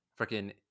freaking